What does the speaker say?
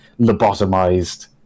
lobotomized